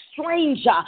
stranger